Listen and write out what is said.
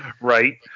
Right